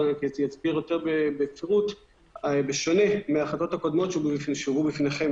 הוא שבשונה ההחלטות הקודמות שהונחו בפני הוועדה,